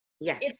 Yes